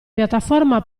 piattaforma